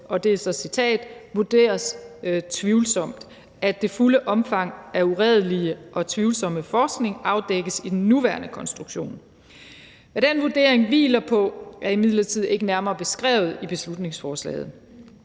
men at det vurderes tvivlsomt, at det fulde omfang af uredelig og tvivlsom forskning afdækkes i den nuværende konstruktion. Hvad den vurdering hviler på, er imidlertid ikke nærmere beskrevet i beslutningsforslaget.